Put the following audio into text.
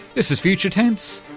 this this future tense,